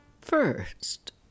First